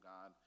God